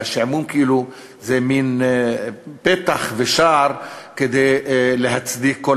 והשעמום זה מין פתח ושער כדי להצדיק כל